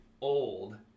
old